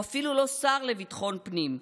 הוא אפילו לא שר לביטחון פנים.